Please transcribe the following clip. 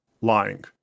lying